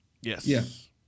Yes